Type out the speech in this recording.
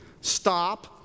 Stop